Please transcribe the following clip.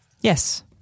Yes